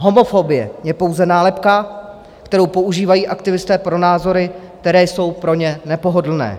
Homofobie je pouze nálepka, kterou používají aktivisté pro názory, které jsou pro ně nepohodlné.